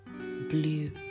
blue